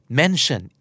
mention